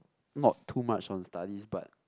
not too much on studies but